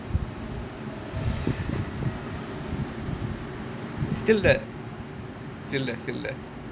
still there still there still there